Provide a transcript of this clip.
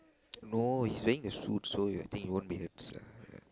no he's wearing a suit so ya I think he won't be hurts lah ya